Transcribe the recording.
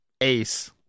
Ace